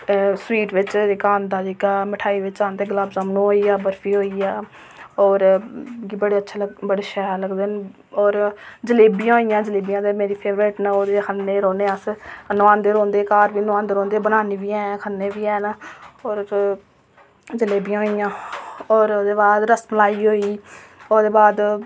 sweet बिच जेह्का होंदा जेहका मिठाई बिच आंदा गुलाब जामनू ओह् होई गेआ वर्फी होई गेआ और बडे अच्छे लगदे शैल लगदे और जलेबियां होई गेइयां जलेबियां ते मेरी फेवरेट न ओह् ते खन्ने गै रौह्न्ने अस नुआंदे रौंहदे घर बी नुआंदे रौंहदे बनान्नी बी ऐ खन्ने बी हेन ना और जलेबियां होई गेइयां और ओह्दे बाद रसमलाई होई गेई ओह्दे बाद